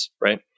right